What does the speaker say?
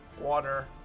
water